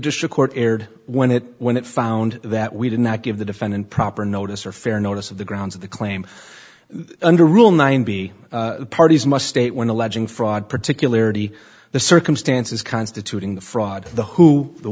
district court erred when it when it found that we did not give the defendant proper notice or fair notice of the grounds of the claim under rule nine b parties must state when alleging fraud particularities the circumstances constituting the fraud the who the